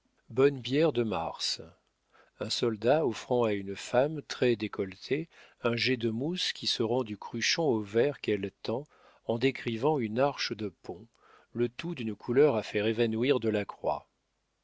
bonne bière de mars un soldat offrant à une femme très décolletée un jet de mousse qui se rend du cruchon au verre qu'elle tend en décrivant une arche de pont le tout d'une couleur à faire évanouir delacroix le